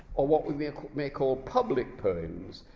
or what we we may call public poems